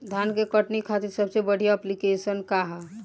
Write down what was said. धान के कटनी खातिर सबसे बढ़िया ऐप्लिकेशनका ह?